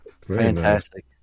fantastic